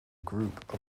group